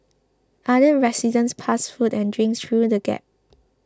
other residents passed food and drinks through the gap